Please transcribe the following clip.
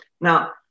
Now